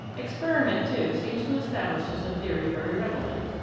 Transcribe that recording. experiment, too, seems to establish such a theory very readily.